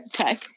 okay